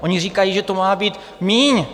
Oni říkají, že to má být míň.